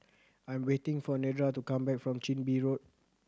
I'm waiting for Nedra to come back from Chin Bee Road